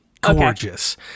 Gorgeous